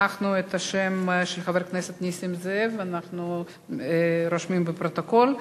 את השם של חבר הכנסת נסים זאב אנחנו רושמים בפרוטוקול.